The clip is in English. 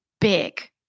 big